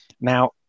Now